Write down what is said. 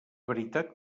veritat